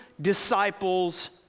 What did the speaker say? disciples